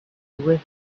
with